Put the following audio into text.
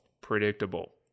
predictable